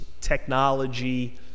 technology